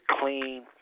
clean